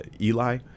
Eli